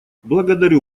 благодарю